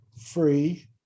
free